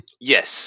Yes